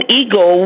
ego